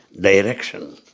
direction